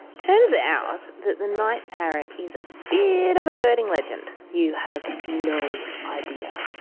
turns out the the night parrot is a bit of a birding legend. you have no idea.